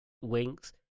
winks